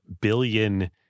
billion